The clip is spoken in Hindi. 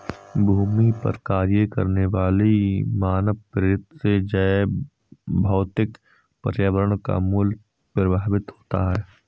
भूमि पर कार्य करने वाली मानवप्रेरित से जैवभौतिक पर्यावरण का मूल्य प्रभावित होता है